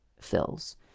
fills